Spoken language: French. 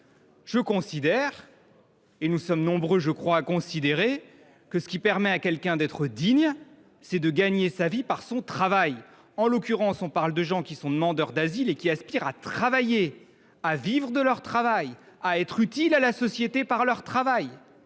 Je considère – nous sommes nombreux à le considérer – que ce qui permet à quelqu’un d’être digne, c’est de gagner sa vie par son travail. En l’occurrence, on parle de demandeurs d’asile qui aspirent à travailler, à vivre de leur travail, à se rendre utiles pour la société par leur travail.